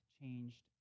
changed